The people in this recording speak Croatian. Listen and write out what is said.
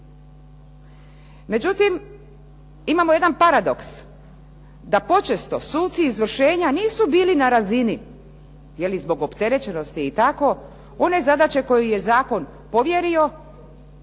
Međutim, imamo jedan paradoks da počesto suci izvršenja nisu bili na razini, jeli zbog opterećenosti i tako, one zadaće koju je zakon povjerio,